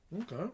Okay